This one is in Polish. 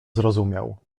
zrozumiał